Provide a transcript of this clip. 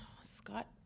Scott